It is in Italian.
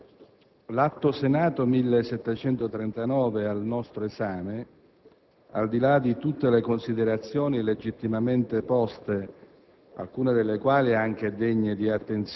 Signor Presidente, l'Atto Senato n. 1739 al nostro esame, al di là di tutte le considerazioni legittimamente poste